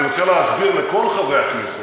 ואני רוצה להסביר לכל חברי הכנסת,